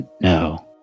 no